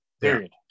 Period